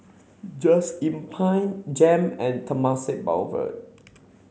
just Inn Pine JEM and Temasek Boulevard